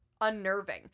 unnerving